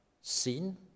seen